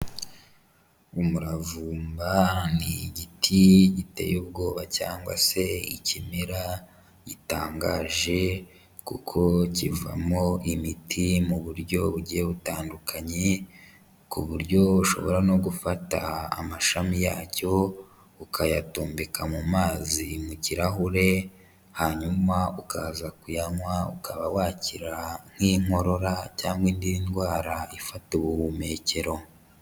Umuravumba ni igiti giteye ubwoba cyangwa se ikimera gitangaje, kuko kivamo imiti mu buryo bugiye butandukanye, ku buryo ushobora no gufata amashami yacyo ukayatumbika mu mazi mu kirahure, hanyuma ukaza kuyanywa ukaba wakira nk'inkorora cyangwa indi ndwara ifata ubuhumekero.